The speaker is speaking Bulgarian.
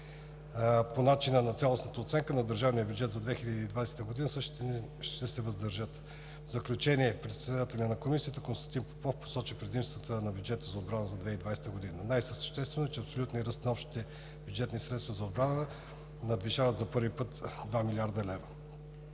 по причина на цялостна оценка на държавния бюджет за 2020 г. същите ще се въздържат. В заключение председателят на Комисията Константин Попов посочи предимствата на бюджета за отбрана за 2020 г. Най съществено е, че абсолютният ръст на общите бюджетни средства за отбрана за пръв път надвишава 2 млрд. лв.